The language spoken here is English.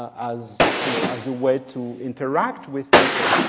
as you know as a way to interact with people.